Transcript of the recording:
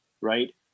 right